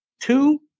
two